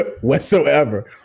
whatsoever